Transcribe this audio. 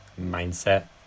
mindset